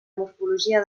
morfologia